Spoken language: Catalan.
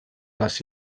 les